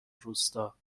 روستا